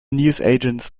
newsagent’s